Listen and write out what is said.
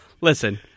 listen